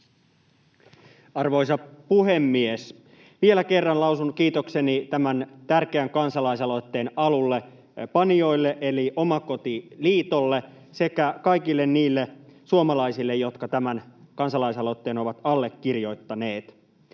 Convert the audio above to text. Arvoisa puhemies! Vielä kerran lausun kiitokseni tämän tärkeän kansalaisaloitteen alullepanijoille eli Omakotiliitolle sekä kaikille niille suomalaisille, jotka tämän kansalaisaloitteen ovat allekirjoittaneet.